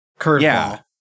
curveball